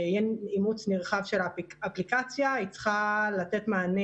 אימוץ נרחב של האפליקציה היא צריכה לתת מענה,